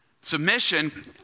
Submission